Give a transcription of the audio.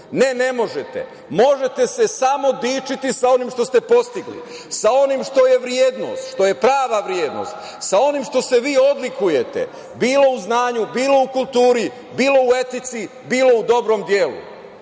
Ne, ne možete. Možete se samo dičiti sa onim što ste postigli, sa onim što je vrednost, što je prava vrednost, sa onim što se vi odlikujete bilo u znanju, bilo u kulturi, bilo u etici, bilo u dobrom